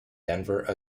denver